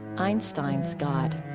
einstein's god.